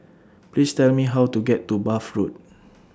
Please Tell Me How to get to Bath Road